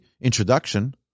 introduction